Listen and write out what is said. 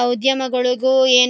ಉದ್ಯಮಗಳಿಗು ಏನು